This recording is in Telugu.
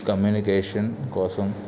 కమ్యూనికేషన్ కోసం